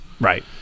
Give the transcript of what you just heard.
Right